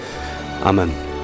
Amen